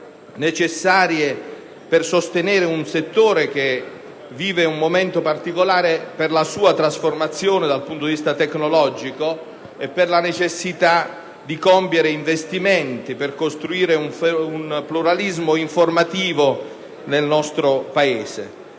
necessarie per sostenere un settore, che vive un momento particolare per la sua trasformazione dal punto di vista tecnologico e anche in ordine alla necessità di compiere investimenti per costruire un pluralismo informativo nel nostro Paese.